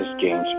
James